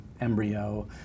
embryo